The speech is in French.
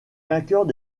vainqueurs